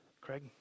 Craig